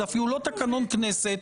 זה אפילו לא תקנון כנסת,